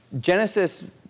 Genesis